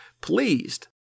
pleased